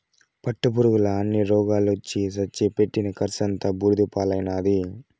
పట్టుపురుగుల అన్ని రోగాలొచ్చి సచ్చి పెట్టిన కర్సంతా బూడిద పాలైనాది